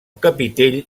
capitell